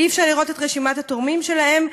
אי-אפשר לראות את רשימת התורמים שלהן,